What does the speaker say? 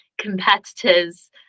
competitors